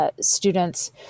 students